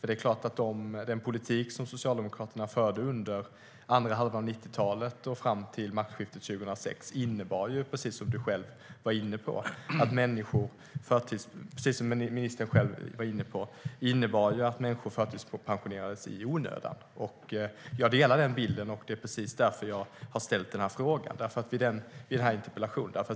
Det är klart att den politik som Socialdemokraterna förde under andra halvan av 90-talet och fram till maktskiftet 2006, precis som ministern själv var inne på, innebar att människor förtidspensionerades i onödan. Jag delar den bilden, och det är precis därför som jag har ställt den här frågan i interpellationen.